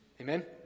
Amen